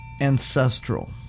Ancestral